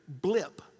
blip